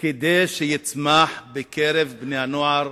כדי שיצמחו בקרב בני-הנוער